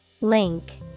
Link